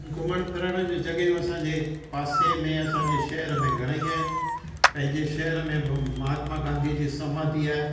घुमण फिरण जूं शयूं असांजे पासे में असांजे शहेर में घणेई आहिनि पंहिंजे शहेर में बि महात्मा गांधीअ जी समाधी आहे